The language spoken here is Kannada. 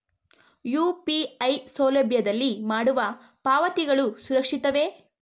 ಯು.ಪಿ.ಐ ಸೌಲಭ್ಯದಲ್ಲಿ ಮಾಡುವ ಪಾವತಿಗಳು ಸುರಕ್ಷಿತವೇ?